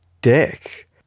dick